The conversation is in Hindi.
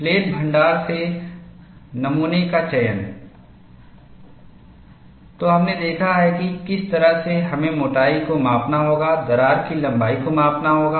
प्लेट भण्डार से नमूना का चयन तो हमने देखा है कि किस तरह से हमें मोटाई को मापना होगा दरार की लंबाई को मापना होगा